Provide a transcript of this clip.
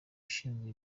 ushinzwe